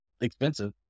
expensive